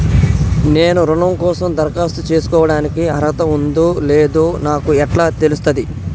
నేను రుణం కోసం దరఖాస్తు చేసుకోవడానికి అర్హత ఉందో లేదో నాకు ఎట్లా తెలుస్తది?